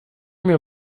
mir